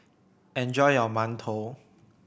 enjoy your mantou